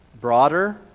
Broader